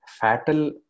fatal